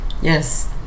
Yes